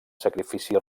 sacrifici